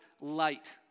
light